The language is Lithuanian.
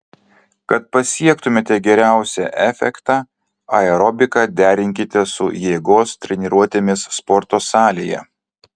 kad pasiektumėte geriausią efektą aerobiką derinkite su jėgos treniruotėmis sporto salėje